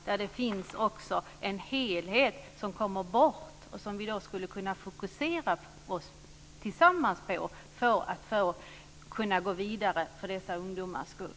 Det finns en helhet som kommer bort och som vi tillsammans skulle kunna fokusera på för att kunna gå vidare för dessa ungdomars skull.